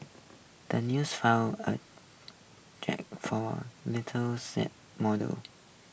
the news folded a jib for little sat model